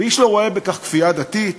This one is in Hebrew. ואיש לא רואה בכך כפייה דתית,